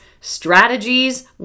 strategies